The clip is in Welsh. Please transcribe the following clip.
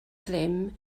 ddim